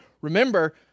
Remember